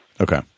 Okay